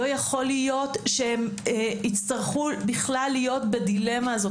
לא יכול להיות שהם יצטרכו להיות בדילמה הזו.